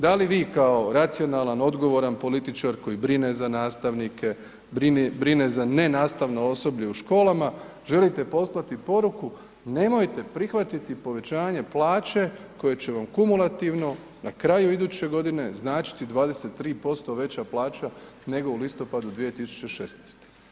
Da li vi kao racionalan, odgovoran političar koji brine za nastavnike, brine za nenastavno osoblje u školama, želite poslati poruku nemojte prihvatiti povećanje plaće koje će vam kumulativno, na kraju iduće godine, značiti 23% veća plaća nego u listopadu 2016.